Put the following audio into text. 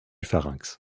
pharynx